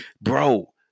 bro